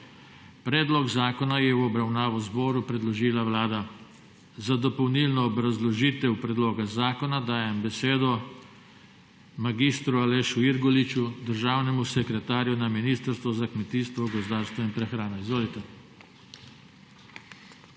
Predlog zakona je v obravnavo Državnemu zboru predložila Vlada. Za dopolnilno obrazložitev predloga zakona dajem besedo mag. Alešu Irgoliču, državnemu sekretarju na Ministrstvu za kmetijstvo, gozdarstvo in prehrano. Izvolite.